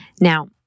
Now